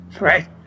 Right